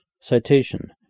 Citation